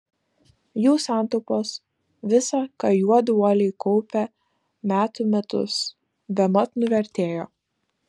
jų santaupos visa ką juodu uoliai kaupė metų metus bemat nuvertėjo